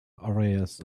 areas